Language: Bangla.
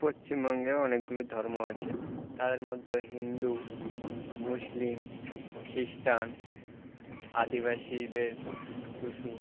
পশ্চিমবঙ্গে অনেকগুলো ধর্ম আছে তার মধ্যেও হিন্দু মুসলিম খ্রিষ্টান আদিবাসীদের টুসু